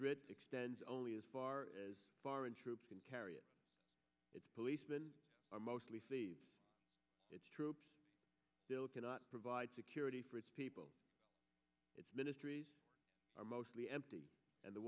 writ extends only as far as foreign troops can carry and its policemen are mostly its troops still cannot provide security for its people its ministries are mostly empty and the